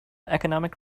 economic